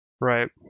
Right